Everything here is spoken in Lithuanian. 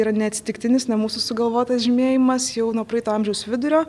yra neatsitiktinis ne mūsų sugalvotas žymėjimas jau nuo praeito amžiaus vidurio